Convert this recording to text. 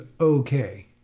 okay